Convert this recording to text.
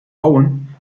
owen